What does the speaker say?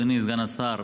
אדוני סגן השר,